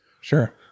Sure